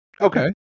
okay